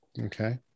Okay